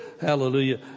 Hallelujah